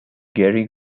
gary